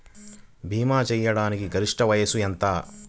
భీమా చేయాటానికి గరిష్ట వయస్సు ఎంత?